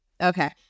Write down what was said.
Okay